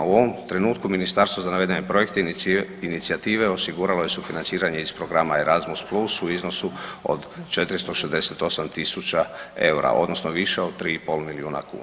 U ovom trenutku Ministarstvo za navedene projekte i inicijative osigurala je sufinanciranje iz programa ERAZMUS PLUS u iznosi od 468.000 eura odnosno više od 3,5 milijuna kuna.